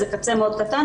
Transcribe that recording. זה קצה מאוד קטן,